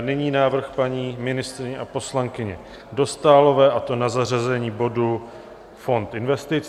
Nyní návrh paní ministryně a poslankyně Dostálové, a to na zařazení bodu Fond investic.